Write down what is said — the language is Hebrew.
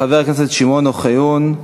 חבר הכנסת שמעון אוחיון,